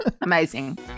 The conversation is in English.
Amazing